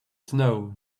snow